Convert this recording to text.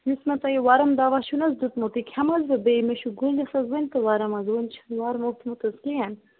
یُس مےٚ تۄہہِ یہِ وۄرُم دوا چھُ نَہ حظ دیُتمُت یہِ کھیٚمہٕ حظ بہٕ بیٚیہِ مےٚ چھِ گٔلِس حظ وٕنۍ تہِ وۄرَم حظ وٕنۍ چِھنہٕ وۄرم ووٚتھمُت حظ کِہِنۍ